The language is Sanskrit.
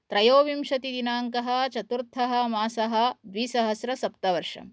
त्रयोविंशतिदिनाङ्कः चतुर्थः मासः द्विसहस्रसप्तवर्षम्